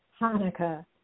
Hanukkah